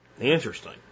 Interesting